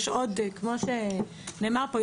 כמו שנאמר פה,